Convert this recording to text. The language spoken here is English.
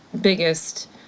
biggest